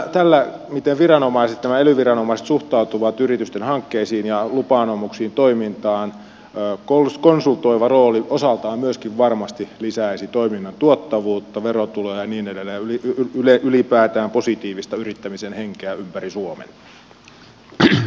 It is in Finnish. tässä miten nämä ely viranomaiset suhtautuvat yritysten hankkeisiin ja lupa anomuksiin toimintaan konsultoiva rooli osaltaan myöskin varmasti lisäisi toiminnan tuottavuutta verotuloja ja niin edelleen ja ylipäätään positiivista yrittämisen henkeä ympäri suomen